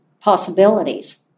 possibilities